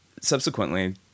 subsequently